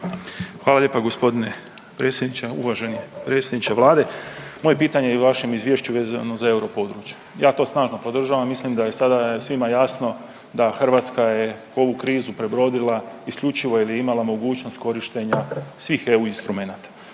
Hvala lijepo g. predsjedniče, uvaženi predsjedniče Vlade. Moje pitanje je u vašem Izvješću vezano za europodručje. Ja to snažno podržavam, mislim da je sada svima jasno da Hrvatska je ovu krizu prebrodila isključivo jer je imala mogućnost korištenja svih EU instrumenata